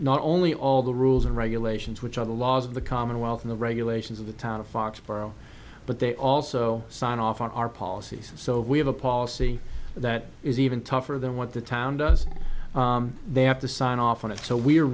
not only all the rules and regulations which are the laws of the commonwealth in the regulations of the town of foxborough but they also sign off on our policies so we have a policy that is even tougher than what the town does they have to sign off on it so we are